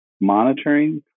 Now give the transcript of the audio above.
monitoring